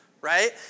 right